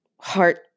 heart